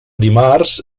dimarts